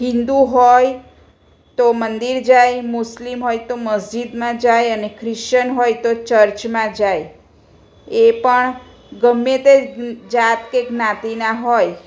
હિન્દુ હોય તો મંદિર જાય મુસ્લિમ હોય તો મસ્જિદમાં જાય અને ખ્રીશ્ચન હોય તો ચર્ચમાં જાય એ પણ ગમે તે જાત કે જ્ઞાતીના હોય